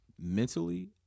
mentally